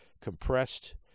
compressed